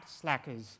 slackers